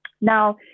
Now